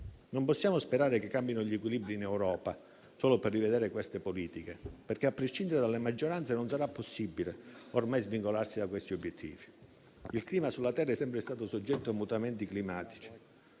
Non possiamo sperare che cambino gli equilibri in Europa solo per rivedere queste politiche, perché, a prescindere dalle maggioranze, non sarà possibile ormai svincolarsi da questi obiettivi. Il clima sulla terra è sempre stato soggetto a mutamenti climatici,